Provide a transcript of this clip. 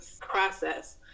process